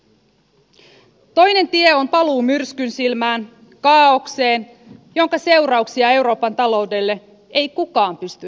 toinen tie on paluu myrskyn silmään kaaokseen jonka seurauksia euroopan taloudelle ei kukaan pysty ennakoimaan